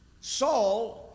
Saul